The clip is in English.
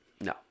No